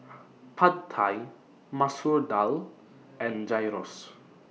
Pad Thai Masoor Dal and Gyros